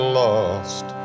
lost